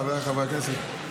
חבריי חברי הכנסת,